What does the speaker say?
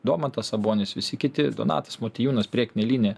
domantas sabonis visi kiti donatas motiejūnas prie mėlynė